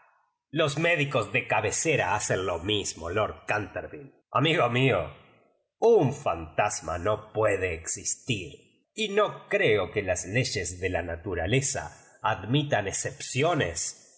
los médicos de cabecera hacen lo mismo lord canterville amigo mío un fan tasma no puede existir y no eieo que las leyes de la naturalezza admitan excepcio